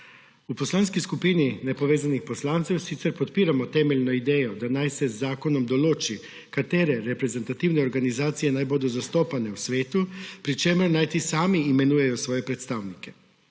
V Poslanski skupini nepovezanih poslancev sicer podpiramo temeljno idejo, da naj se z zakonom določi, katere reprezentativne organizacije naj bodo zastopane v svetu, pri čemer naj ti sami imenujejo svoje predstavnike.